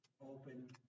open